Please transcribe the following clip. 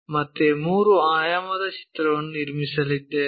ಮತ್ತೆ 3 ಆಯಾಮದ ಚಿತ್ರವನ್ನು ನಿರ್ಮಿಸುತ್ತೇವೆ